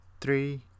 three